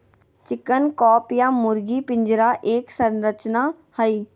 chicken coop या मुर्गी पिंजरा एक संरचना हई,